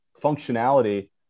functionality